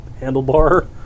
handlebar